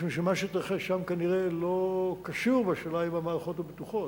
משום שמה שהתרחש שם כנראה לא קשור בשאלה אם המערכות בטוחות.